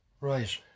Right